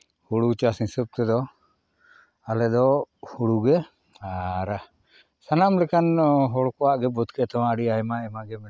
ᱦᱩᱲᱩ ᱪᱟᱥ ᱦᱤᱥᱟᱹᱵᱽ ᱛᱮᱫᱚ ᱟᱞᱮ ᱫᱚ ᱦᱩᱲᱩᱜᱮ ᱟᱨ ᱥᱟᱱᱟᱢ ᱞᱮᱠᱟᱱ ᱦᱚᱲ ᱠᱚᱣᱟᱜ ᱜᱮ ᱵᱟᱹᱫᱽ ᱠᱷᱮᱛ ᱦᱚᱸ ᱟᱹᱰᱤ ᱟᱭᱢᱟ ᱟᱭᱢᱟ ᱜᱮ ᱢᱮᱱᱟᱜ ᱠᱟᱫᱟ